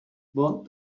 but